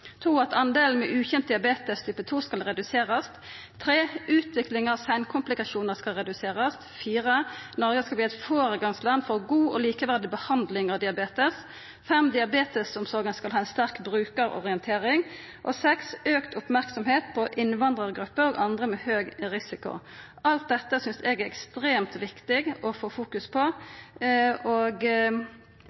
ukjent diabetes type 2 skal reduserast. Utviklinga av seinkomplikasjonar skal reduserast. Noreg skal verta eit føregangsland for god og likeverdig behandling av diabetes. Diabetesomsorga skal ha ei sterk brukarorientering. Det skal verta auka merksemd på innvandrargrupper og andre med høg risiko. Alt dette synest eg det er ekstremt viktig å fokusera på, og